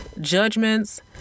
judgments